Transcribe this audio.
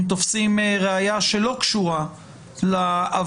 אם תופסים ראיה שלא קשורה לעבירה,